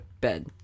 bed